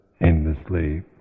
endlessly